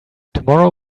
tomorrow